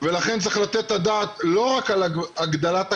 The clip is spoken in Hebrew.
ולכן צריך לתת את הדעת, לא רק על הגדלת הכמות,